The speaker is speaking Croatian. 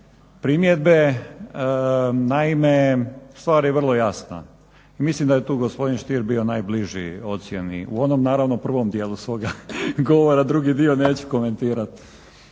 primjedbe. Naime, stvar je vrlo jasna. Mislim da je tu gospodin Stier bio najbliži ocjeni u onom naravno prvom dijelu svoga govora, drugi dio neću komentirati.